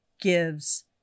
gives